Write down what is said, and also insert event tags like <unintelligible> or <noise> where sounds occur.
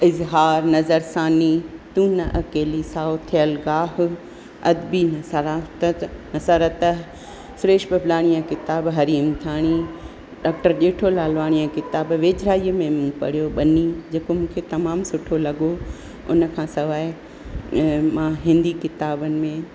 इज़हारु नज़रसानी तू न अकेली साओ थियलु गाहु अदबी <unintelligible> नसरत सुरेश बबलाणीअ किताब हरी हिमथाणी डॉक्टर ॼेठो लालवानीअ किताब वेझराईअ में मां पढ़ियो ॿनी जेको मूंखे तमामु सुठो लॻो उन खां सवाइ मां हिंदी किताबनि में